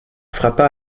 frappa